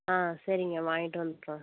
ஆ சரிங்க வாங்கிட்டு வந்துடுறோம்